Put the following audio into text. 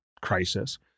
crisis